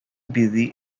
busy